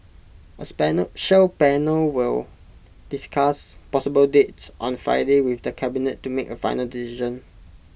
A special panel will discuss possible dates on Friday with the cabinet to make A final decision